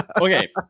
okay